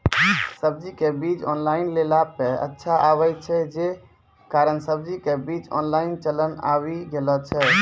सब्जी के बीज ऑनलाइन लेला पे अच्छा आवे छै, जे कारण सब्जी के बीज ऑनलाइन चलन आवी गेलौ छै?